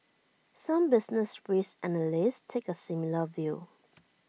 some business risk analysts take A similar view